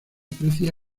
crecía